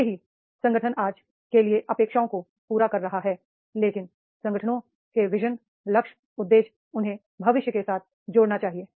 भले ही संगठन आज के लिए अपेक्षाओं को पूरा कर रहा है लेकिन संगठनों के विजन लक्ष्य उद्देश्य उन्हें भविष्य के साथ जोड़ना चाहिए